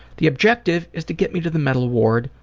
the objective is to get me to the mental ward,